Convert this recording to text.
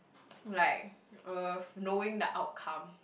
like uh knowing the outcome